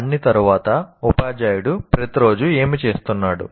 అన్ని తరువాత ఉపాధ్యాయుడు ప్రతిరోజూ ఏమి చేస్తున్నాడు